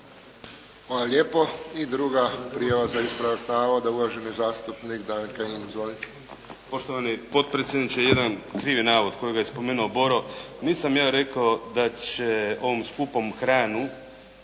Hvala lijepo. I druga prijava za ispravak navoda, uvaženi zastupnik Damir Kajin. Izvolite. **Kajin, Damir (IDS)** Poštovani potpredsjedniče, jedan krivi navod kojega je spomenuo Boro. Nisam ja rekao da će ovom skupom hranom